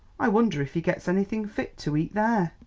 i wonder if he gets anything fit to eat there?